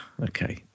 Okay